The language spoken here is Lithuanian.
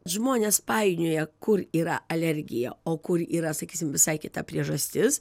žmonės painioja kur yra alergija o kur yra sakysim visai kita priežastis